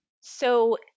So-